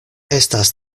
estas